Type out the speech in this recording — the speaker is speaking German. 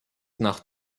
nach